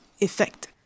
effect